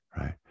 right